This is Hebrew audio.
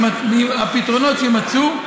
והפתרונות יימצאו,